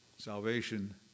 Salvation